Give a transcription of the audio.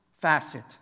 Facet